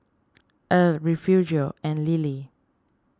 Erle Refugio and Lilie